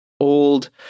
old